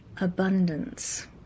Abundance